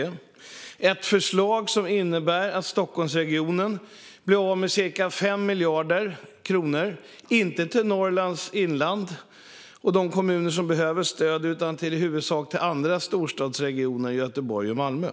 Det är ett förslag som innebär att Stockholmsregionen blir av med ca 5 miljarder kronor, inte till Norrlands inland och de kommuner som behöver stöd utan i huvudsak till de andra storstadsregionerna Göteborg och Malmö.